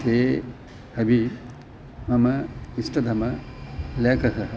ते अपि मम इष्टतमः लेखकः